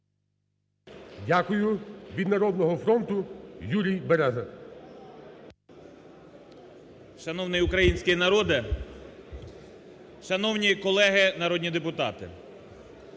Дякую. Від "Народного фронту" Юрій Береза.